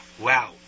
Wow